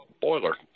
boiler